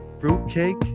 fruitcake